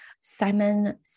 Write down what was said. Simon